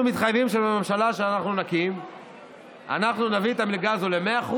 אנחנו מתחייבים שבממשלה שאנחנו נקים אנחנו נביא את המלגה הזו ל-100%,